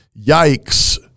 yikes